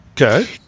Okay